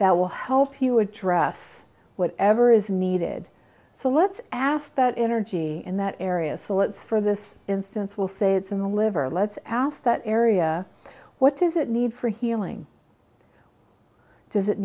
that will help you address whatever is needed so let's ask that energy in that area so let's for this instance will say it's in the liver let's ask that area what does it need for healing does it